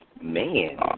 man